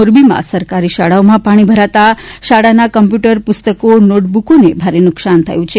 મોરબીમાં સરકારી શાળાઓમાં પાણી ભરાતા શાળાના કોમ્યુટર પુસ્તકો નોટબુકો ને ભારે નુકસાન થયું છે